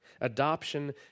Adoption